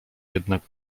jednak